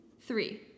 three